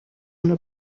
una